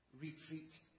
retreat